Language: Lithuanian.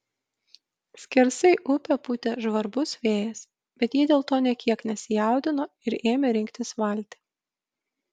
skersai upę pūtė žvarbus vėjas bet jie dėl to nė kiek nesijaudino ir ėmė rinktis valtį